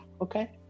okay